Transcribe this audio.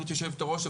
גבירתי יושבת הראש,